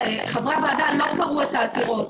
חברי הוועדה לא קראו את העתירות,